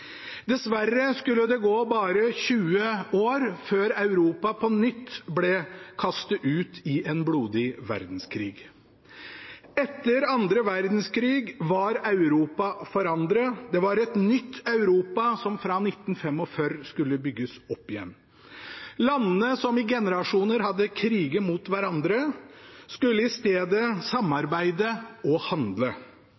Dessverre skulle det gå bare 20 år før Europa på nytt ble kastet ut i en blodig verdenskrig. Etter andre verdenskrig var Europa forandret – det var et nytt Europa som fra 1945 skulle bygges opp igjen. Landene som i generasjoner hadde kriget mot hverandre, skulle i stedet